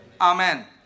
Amen